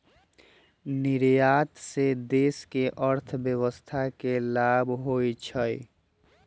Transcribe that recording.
निर्यात से देश के अर्थव्यवस्था के लाभ होइ छइ